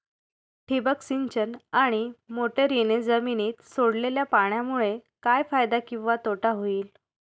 ठिबक सिंचन आणि मोटरीने जमिनीत सोडलेल्या पाण्यामुळे काय फायदा किंवा तोटा होईल?